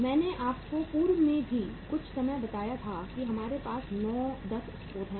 मैंने आपको पूर्व में भी कुछ समय बताया था कि हमारे पास 9 10 स्रोत हैं